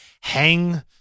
hang